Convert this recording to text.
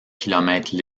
kilomètres